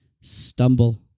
stumble